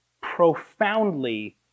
profoundly